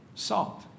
salt